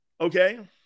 Okay